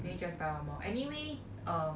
then you just buy one more anyway